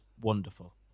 wonderful